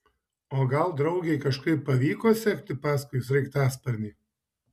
o gal draugei kažkaip pavyko sekti paskui sraigtasparnį